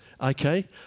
okay